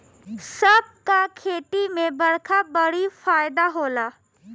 सब क खेती में बरखा बड़ी फायदा होला